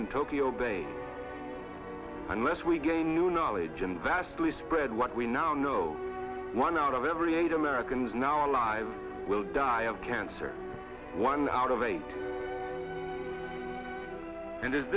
in tokyo bay unless we get a new knowledge and vastly spread what we now know one out of every eight americans now alive will die of cancer one out of eight and